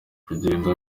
kugenda